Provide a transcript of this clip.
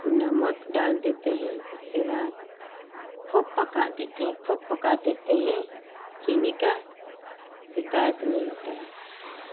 नमक डाल देते हैं उसके बाद खूब पका देते हैं खूब पका देते हैं चीनी का शिकायत नहीं रहता है